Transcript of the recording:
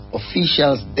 officials